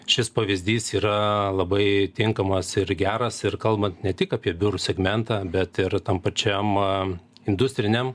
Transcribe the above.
šis pavyzdys yra labai tinkamas ir geras ir kalbant ne tik apie biurų segmentą bet ir tam pačiam industriniam